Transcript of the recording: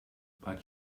but